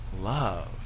Love